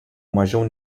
mažiau